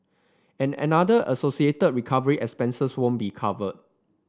and another associated recovery expenses won't be covered